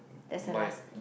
that's the last